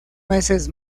meses